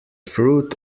fruit